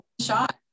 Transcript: shot